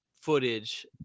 footage